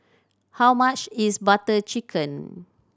how much is Butter Chicken